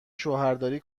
شوهرداری